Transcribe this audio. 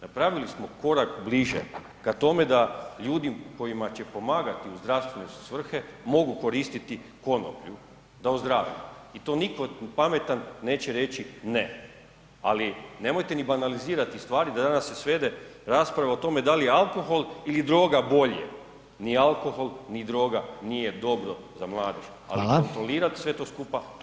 Napravili smo korak bliže ka tome da ljudi kojima će pomagati u zdravstvene su svrhe, mogu koristiti konoplju da ozdrave i to niko pametan neće reći ne, ali nemojte ni banalizirati stvari da danas se svede rasprava o tome da li je alkohol ili droga bolje, ni alkohol, ni droga nije dobro za mladež, [[Upadica: Hvala]] ali iskontrolirat sve to skupa, to moramo.